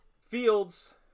Fields